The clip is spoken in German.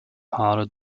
haare